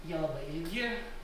jie labai ilgi